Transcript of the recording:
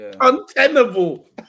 untenable